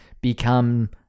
become